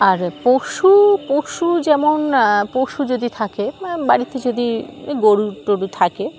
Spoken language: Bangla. আর পশু পশু যেমন পশু যদি থাকে বাড়িতে যদি গরু টরু থাকে